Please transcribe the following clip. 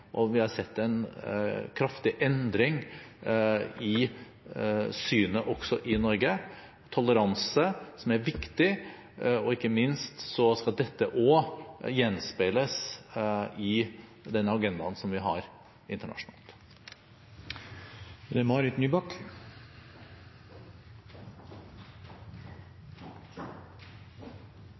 har vi de senere tiårene både gjennomført nasjonal lovgivning og sett en kraftig endring i synet også i Norge. Toleranse er viktig, og ikke minst skal dette også gjenspeiles i den agendaen vi har internasjonalt.